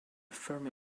fermi